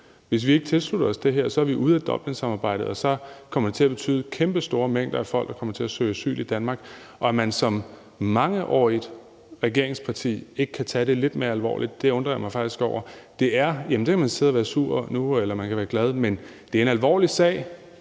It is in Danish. Hvis ikke vi tilslutter os det her, er vi ude at Dublinsamarbejdet, og så kommer det til at betyde, at kæmpestore mængder af folk kommer til at søge asyl i Danmark. At man som mangeårigt regeringsparti ikke kan tage det lidt mere alvorligt, undrer jeg mig faktisk over. Man kan være glad for eller sur over det, men det er en alvorlig sag,